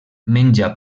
menja